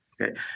Okay